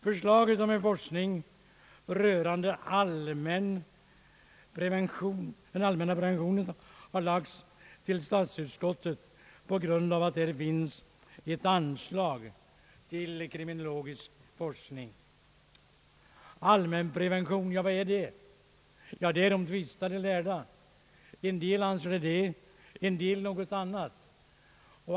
Förslaget om en forskning rörande allmänpreventionen har överlämnats till statsutskottet, på grund av att det upptar ett anslag till kriminologisk forskning. Allmänprevention — vad är det? Därom tvistar de lärde. En del anser ett, en del något annat.